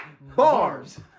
Bars